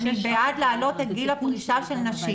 אני בעד להעלות את גיל הפרישה של נשים.